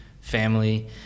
family